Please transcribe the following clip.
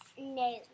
No